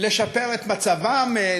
לשפר את מצבם,